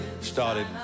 started